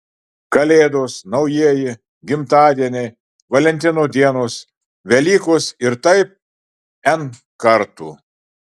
kalėdos naujieji gimtadieniai valentino dienos velykos ir taip n kartų